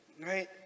right